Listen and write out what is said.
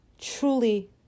truly